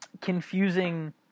confusing